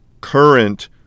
current